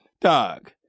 Dog